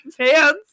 pants